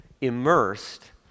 immersed